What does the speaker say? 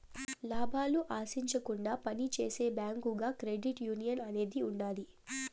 లాభాలు ఆశించకుండా పని చేసే బ్యాంకుగా క్రెడిట్ యునియన్ అనేది ఉంటది